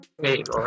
Wait